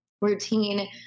routine